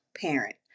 parent